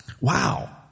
Wow